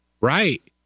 right